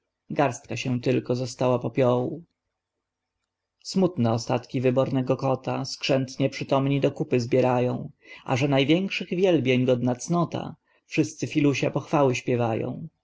garstka się tylko została popiołu smutne ostatki wybornego kota skrzętnie przytomni do kupy zbierają a że największych wielbień godna cnota wszyscy filusia pochwały śpiewają